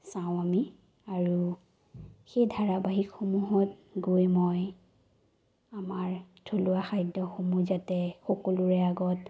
চাওঁ আমি আৰু সেই ধাৰাবাহিকসমূহত গৈ মই আমাৰ থলুৱা খাদ্যসমূহ যাতে সকলোৰে আগত